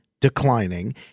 declining